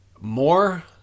more